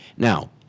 Now